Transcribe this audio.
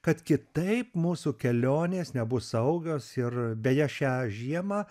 kad kitaip mūsų kelionės nebus saugios ir beje šią žiemą